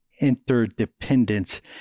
interdependence